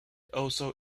also